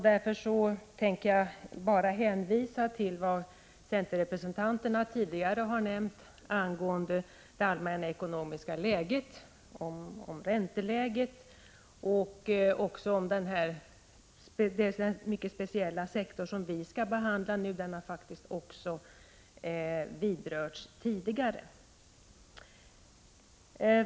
Därför tänker jag bara hänvisa till vad centerrepresentanterna tidigare har sagt angående det allmänna ekonomiska läget, om ränteläget och även om den mycket speciella sektor som vi nu skall diskutera — den har faktiskt också berörts tidigare.